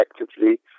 effectively